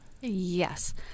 Yes